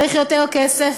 צריך יותר כסף,